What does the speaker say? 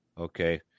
Okay